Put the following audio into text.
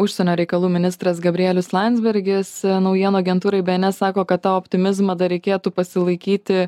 užsienio reikalų ministras gabrielius landsbergis naujienų agentūrai bns sako kad tą optimizmą dar reikėtų pasilaikyti